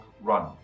run